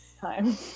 time